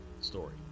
story